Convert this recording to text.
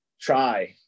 try